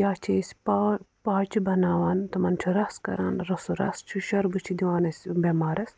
یا چھِ أسی پا پاچہِ بناوان تِمن چھِ رَس کران رسوٗ رَس چھُ سُہ شۅربہٕ چھِ دِوان أسی بٮ۪مارس